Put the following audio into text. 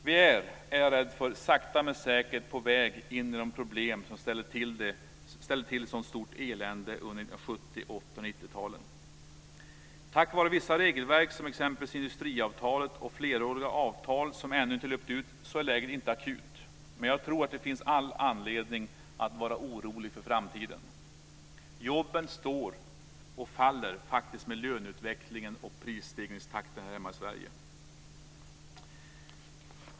Jag är rädd för att vi sakta men säkert är på väg in i de problem som ställde till så stort elände under 1970-, 80 och 90-talen. Tack vare vissa regelverk, som exempelvis industriavtalet, och fleråriga avtal som ännu inte löpt ut är läget inte akut. Men jag tror att det finns all anledning att vara orolig för framtiden. Jobben står och faller faktiskt med löneutvecklingen och prisstegringstakten här hemma i Sverige.